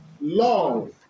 Love